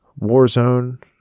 warzone